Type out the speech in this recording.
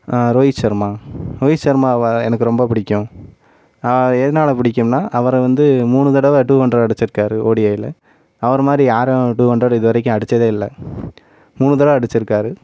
ரோகித் சர்மா ரோகித் சர்மாவை எனக்கு ரொம்ப பிடிக்கும் எதனால பிடிக்கும்னா அவரை வந்து மூணு தடவை டூ ஹண்ரட் அடிச்சிருக்கார் ஓடிஐல அவர் மாதிரி யாரும் டூ ஹண்ரடு இதுவரைக்கும் அடிச்சதே இல்லை மூணு தடவை அடிச்சிருக்கார்